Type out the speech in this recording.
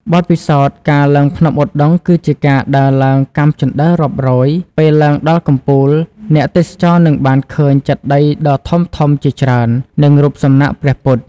បទពិសោធន៍ ការឡើងភ្នំឧដុង្គគឺជាការដើរឡើងកាំជណ្តើររាប់រយ ពេលឡើងដល់កំពូល អ្នកទេសចរនឹងបានឃើញចេតិយដ៏ធំៗជាច្រើន និងរូបសំណាកព្រះពុទ្ធ។